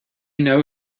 know